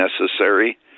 necessary